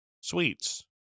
sweets